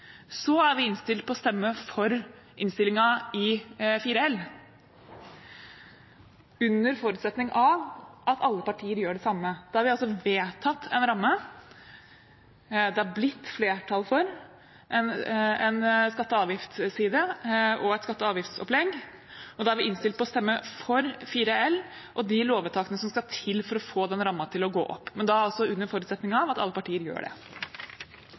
er vi innstilt på å stemme for innstillingen i 4 L, under forutsetning av at alle partier gjør det samme. Da har vi vedtatt en ramme. Det har blitt flertall for en skatte- og avgiftsside og et skatte- og avgiftsopplegg, og da er vi innstilt på å stemme for 4 L og de lovvedtakene som skal til for å få den rammen til å gå opp, men da under forutsetning av at alle partier gjør det.